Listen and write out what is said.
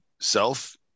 self